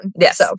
Yes